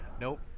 Nope